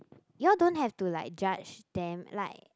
you all don't have to like judge them like